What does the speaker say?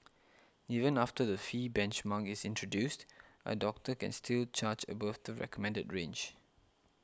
even after the fee benchmark is introduced a doctor can still charge above the recommended range